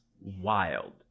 wild